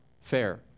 fair